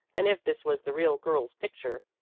and if this was the real girl's picture.